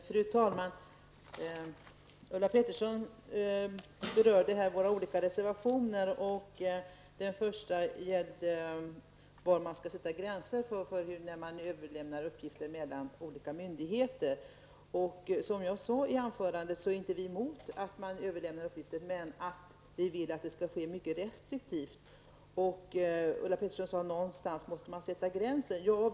Fru talman! Ulla Pettersson berörde här våra olika reservationer. Den första gällde var man skall sätta gränser för överlämnande av uppgifter mellan olika myndigheter. Som jag sade i mitt anförande är vi inte emot att man överlämnar uppgifter, men vi vill att det skall ske mycket restriktivt. Ulla Pettersson sade att man måste sätta gränsen någonstans.